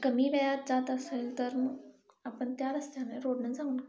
कमी वेळात जात असेल तर मग आपण त्या रस्त्यानं रोडनं जाऊ ना